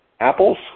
Apples